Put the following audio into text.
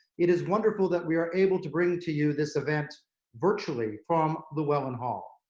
it is wonderful that we are able to bring to you this event virtually from llewellyn hall.